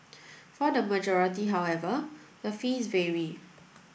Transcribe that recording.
for the majority however the fees vary